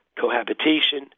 cohabitation